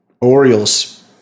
Orioles